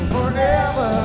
Forever